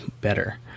better